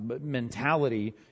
mentality